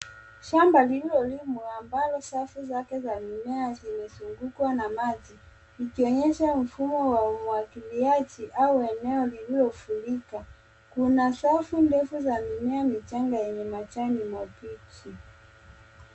Shamba lililolimwa ambalo safu zake za mimea zimezungukwa na maji ikionyesha mfumo wa umwagiliaji au eneo lililofurika. Kuna safu ndefu za mimea michanga yenye majani mabichi.